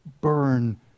burn